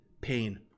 pain